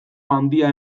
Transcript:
handia